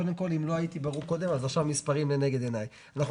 קודם כל אם לא הייתי ברור קודם אז עכשיו המספרים לנגד עיני: אנחנו